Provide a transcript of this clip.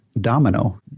Domino